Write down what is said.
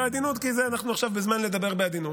בעדינות, כי עכשיו זה זמן לדבר בעדינות.